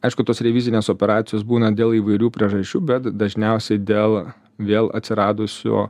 aišku tos revizinės operacijos būna dėl įvairių priežasčių bet dažniausiai dėl vėl atsiradusio